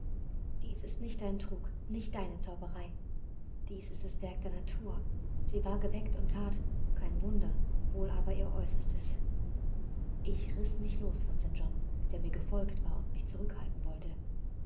dies ist nicht dein trug nicht deine zauberei dies ist das werk der natur sie war geweckt und that kein wunder wohl aber ihr äußerstes ich riß mich los von st john der mir gefolgt war und mich zurückhalten wollte